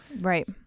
Right